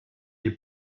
les